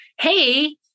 Hey